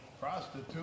prostitute